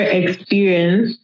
experience